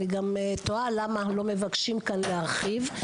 אני גם תוהה למה לא מבקשים כאן להרחיב.